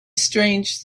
strange